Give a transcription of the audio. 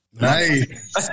Nice